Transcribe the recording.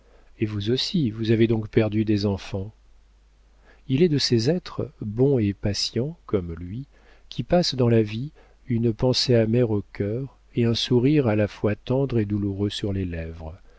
et vous aussi vous avez donc perdu des enfants il est de ces êtres bons et patients comme lui qui passent dans la vie une pensée amère au cœur et un sourire à la fois tendre et douloureux sur les lèvres